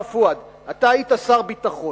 אתה היית שר ביטחון.